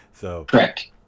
Correct